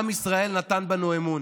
עם ישראל נתן בנו אמון,